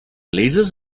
lasers